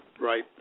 Right